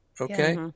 Okay